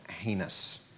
heinous